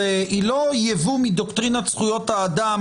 היא לא יבוא מדוקטרינת זכויות האדם